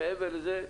מעבר לזה,